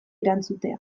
erantzutea